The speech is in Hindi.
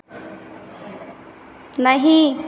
नहीं